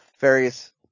various